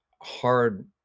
hard